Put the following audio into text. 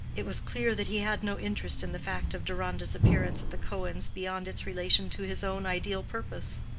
it was clear that he had no interest in the fact of deronda's appearance at the cohens' beyond its relation to his own ideal purpose.